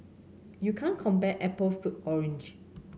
you can't compare apples to orange